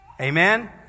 Amen